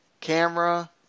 camera